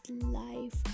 life